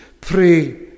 pray